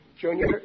Junior